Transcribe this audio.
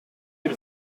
des